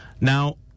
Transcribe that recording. Now